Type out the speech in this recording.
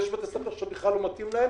ויש בתי ספר שבכלל לא מתאים להם.